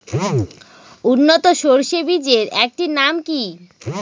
উন্নত সরষে বীজের একটি নাম কি?